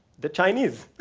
the chinese.